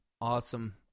Awesome